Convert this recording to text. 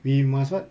we must what